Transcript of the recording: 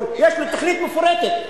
יש לו תוכנית מפורטת,